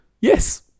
Yes